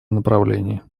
направлении